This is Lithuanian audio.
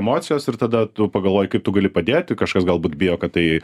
emocijos ir tada tu pagalvoji kaip tu gali padėti kažkas galbūt bijo kad tai